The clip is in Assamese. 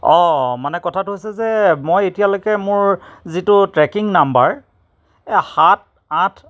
অ' মানে কথাটো হৈছে যে মই এতিয়ালৈকে মোৰ যিটো ট্ৰেকিং নম্বৰ সাত আঠ